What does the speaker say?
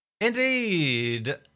Indeed